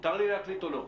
מותר לי להקליט או לא?